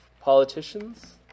politicians